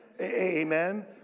Amen